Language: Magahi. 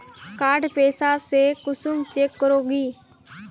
कार्ड से पैसा कुंसम चेक करोगी?